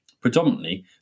predominantly